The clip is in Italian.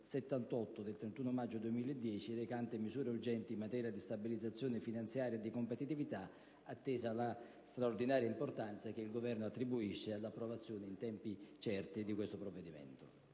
78 del 31 maggio 2010, recante misure urgenti in materia di stabilizzazione finanziaria e di competitività economica, attesa la straordinaria importanza che il Governo attribuisce all'approvazione in tempi certi di questo provvedimento.